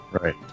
right